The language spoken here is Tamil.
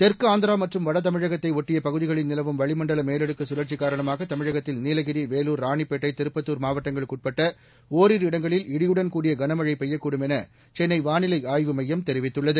தெற்கு ஆந்திரா மற்றும் வடதமிழகத்தை ஒட்டிய பகுதிகளில் நிலவும் வளிமண்டல மேலடுக்கு சுழற்சி காரணமாக தமிழகத்தில் நீலகிரி வேலூர் ராணிப்பேட்டை திருப்பத்தூர் மாவட்டங்களுக்கு உட்பட்ட ஒரிரு இடங்களில் இடியுடன் கூடிய கனமழை பெய்யக்கூடும் என சென்னை வானிலை ஆய்வு மையம் தெரிவித்துள்ளது